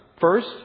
First